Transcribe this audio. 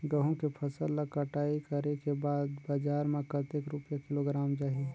गंहू के फसल ला कटाई करे के बाद बजार मा कतेक रुपिया किलोग्राम जाही?